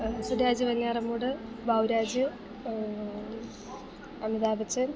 Suraj Venjaramoodu Baburaj Amitabh Bachchan